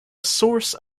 source